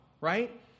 right